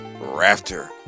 Rafter